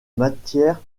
matière